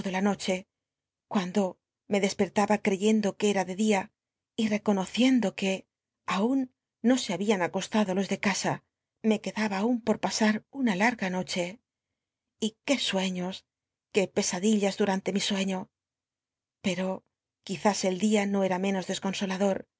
la noche cuando me despertaba creyendo que cm de día y econot'iendo que aun no se habían acostado los de casa me quedaba aun que pasar una larga noche y qué suclios qué pcsaclill cr durante mi sueño pero quizás el día no era menos desconso